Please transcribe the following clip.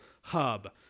hub